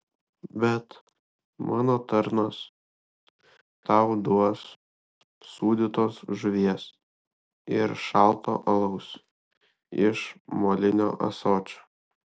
bet mano tarnas tau duos sūdytos žuvies ir šalto alaus iš molinio ąsočio